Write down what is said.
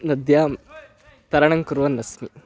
नद्यां तरणं कुर्वन्नस्मि